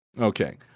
Okay